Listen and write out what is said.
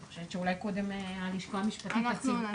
אני חושבת שאולי קודם הלשכה המשפטית תציג.